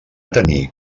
tenir